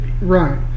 right